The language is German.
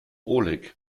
oleg